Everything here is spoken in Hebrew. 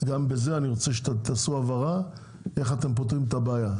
גם בזה אני רוצה שתעשו הבהרה איך אתם פותרים את הבעיה,